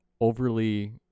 overly